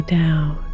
down